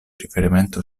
riferimento